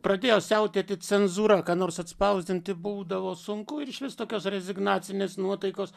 pradėjo siautėti cenzūra ką nors atspausdinti būdavo sunku ir išvis tokios rezignacinės nuotaikos